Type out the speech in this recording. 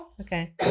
Okay